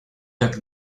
that